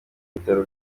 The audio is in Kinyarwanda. bitaro